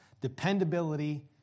dependability